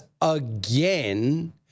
again